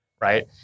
right